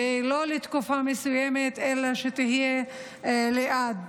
ולא לתקופה מסוימת אלא שתהיה לעד,